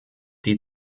die